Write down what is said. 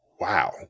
wow